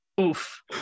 Oof